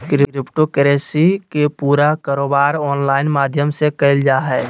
crypto currency के पूरा कारोबार ऑनलाइन माध्यम से क़इल जा हइ